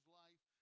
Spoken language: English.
life